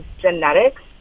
genetics